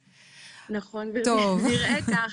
נכון, זה נראה כך.